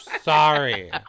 sorry